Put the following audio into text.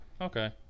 okay